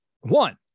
One